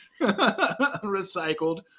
Recycled